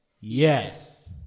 yes